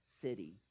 city